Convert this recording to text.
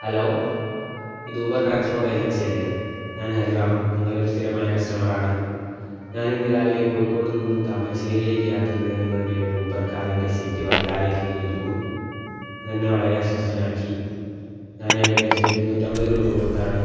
hello ഇത് Uber transport agency അല്ലേ ഞാൻ ഹരിറാം നിങ്ങളുടെ ഒരു സ്ഥിരമായ കസ്റ്റമർ ആണ് ഞാനിന്ന് രാവിലെ കോഴിക്കോട് നിന്നും താമരശ്ശേരിയിലേക്ക് യാത്ര ചെയ്ത നിങ്ങളുടെ ഒരു ഊബർ കാറിൻറെ സീറ്റ് വല്ലാതെ കീറിയിരുന്നു അതെന്നെ വളരെ അസ്വസ്ഥനാക്കി ഞാനേകദേശം ഇരുനൂറ്റമ്പത് രൂപകൊടുത്താണ്